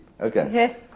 Okay